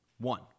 One